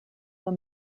were